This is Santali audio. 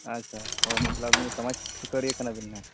ᱟᱪᱪᱷᱟ ᱚ ᱢᱚᱛᱚᱞᱚᱵ ᱥᱚᱢᱟᱡᱽ ᱥᱩᱥᱟᱹᱨᱤᱭᱟᱹ ᱠᱟᱱᱟ ᱵᱮᱱ ᱦᱟᱸᱜ